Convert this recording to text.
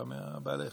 בא מבעלי החיים.